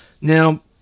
now